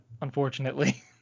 unfortunately